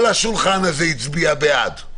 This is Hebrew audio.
כל השולחן הזה הצביע בעד.